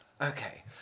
Okay